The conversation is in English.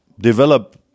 develop